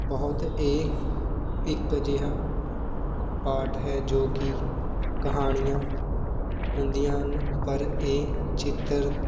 ਬਹੁਤ ਇਹ ਇੱਕ ਅਜਿਹਾ ਪਾਰਟ ਹੈ ਜੋ ਕਿ ਕਹਾਣੀਆਂ ਹੁੰਦੀਆਂ ਹਨ ਪਰ ਇਹ ਚਿੱਤਰ